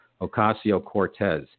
Ocasio-Cortez